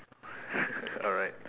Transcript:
alright